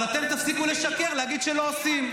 אבל אתם תפסיקו לשקר ולהגיד שלא עושים.